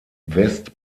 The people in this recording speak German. west